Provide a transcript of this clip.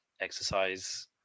exercise